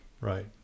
Right